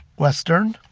western.